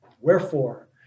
Wherefore